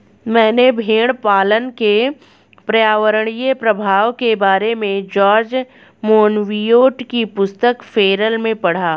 मैंने भेड़पालन के पर्यावरणीय प्रभाव के बारे में जॉर्ज मोनबियोट की पुस्तक फेरल में पढ़ा